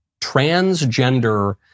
transgender